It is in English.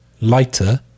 lighter